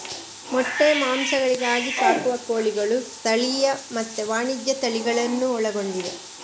ಮೊಟ್ಟೆ, ಮಾಂಸ, ಗರಿಗಾಗಿ ಸಾಕುವ ಕೋಳಿಗಳು ಸ್ಥಳೀಯ ಮತ್ತೆ ವಾಣಿಜ್ಯ ತಳಿಗಳನ್ನೂ ಒಳಗೊಂಡಿವೆ